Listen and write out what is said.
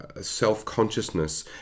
self-consciousness